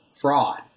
fraud